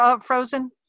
Frozen